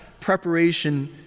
preparation